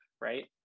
right